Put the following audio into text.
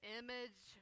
image